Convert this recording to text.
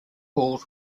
all